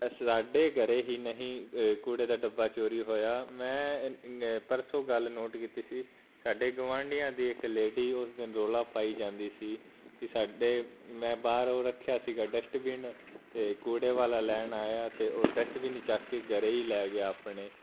ਅਤੇ ਸਾਡੇ ਘਰੇ ਹੀ ਨਹੀਂ ਕੂੜੇ ਦਾ ਡੱਬਾ ਚੋਰੀ ਹੋਇਆ ਮੈਂ ਇ ਇ ਪਰਸੋਂ ਗੱਲ ਨੋਟ ਕੀਤੀ ਸੀ ਸਾਡੇ ਗਵਾਂਢੀਆਂ ਦੀ ਇੱਕ ਲੇਡੀ ਉਸ ਦਿਨ ਰੋਲਾ ਪਾਈ ਜਾਂਦੀ ਸੀ ਕਿ ਸਾਡੇ ਮੈਂ ਬਾਹਰ ਉਹ ਰੱਖਿਆ ਸੀਗਾ ਡਸਟਬਿਨ ਅਤੇ ਕੂੜੇ ਵਾਲਾ ਲੈਣ ਆਇਆ ਅਤੇ ਉਹ ਡਸਟਬਿਨ ਚੱਕ ਕੇ ਘਰੇ ਹੀ ਲੈ ਗਿਆ ਆਪਣੇ